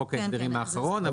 חוק ההסדרים האחרון.